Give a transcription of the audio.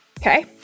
Okay